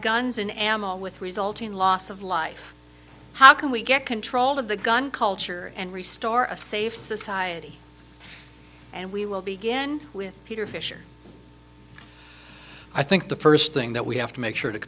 guns and ammo with resulting loss of life how can we get control of the gun culture and restart a safe society and we will begin with peter fisher i think the first thing that we have to make sure to